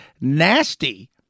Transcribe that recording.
nasty